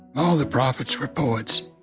all the prophets were poets.